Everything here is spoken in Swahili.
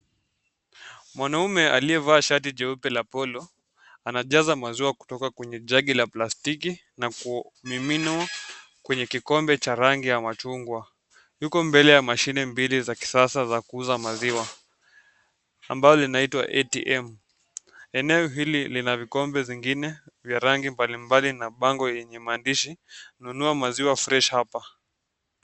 Mwanaume aliyevaa shati jeupe ya polo, anajaza maziwa kutoka kwenye jagi la plastiki na kuminina kwenye kikombe cha rangi ya machungwa. Yuko mbele ya mashini mbili za kisasa za kuuza maziwa ambalo linaitwa ATM .Eneo hili lina vikombe vingine vya rangi rangi mbalimbali na maandishi nunu maziwa fresh hapa.